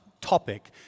topic